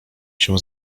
się